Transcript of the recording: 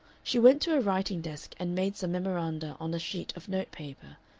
she went to a writing-desk and made some memoranda on a sheet of note-paper,